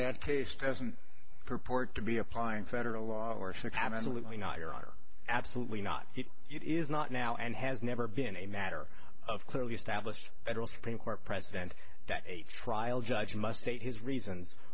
to taste doesn't purport to be applying federal law or six absolutely not your honor absolutely not it is not now and has never been a matter of clearly established federal supreme court president that a trial judge must state his reasons